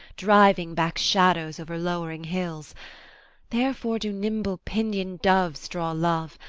driving back shadows over lowering hills therefore do nimble-pinion'd doves draw love,